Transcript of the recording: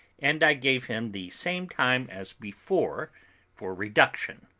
and i gave him the same time as before for reduction.